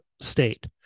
state